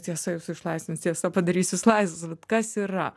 tiesa jus išlaisvins tiesa padarys jus laisvus vat kas yra